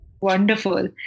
Wonderful